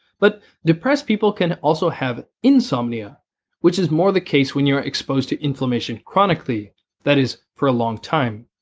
but depressed people can also have insomnia which is more the case when you are exposed to inflammation chronically that is, for a long time.